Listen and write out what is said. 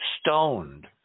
stoned